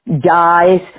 Dies